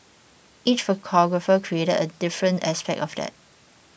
each photographer created a different aspect of that